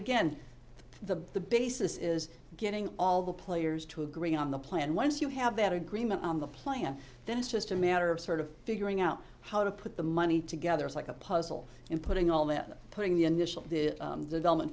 again the basis is getting all the players to agree on the plan once you have that agreement on the plan then it's just a matter of sort of figuring out how to put the money together is like a puzzle in putting all that putting the initial development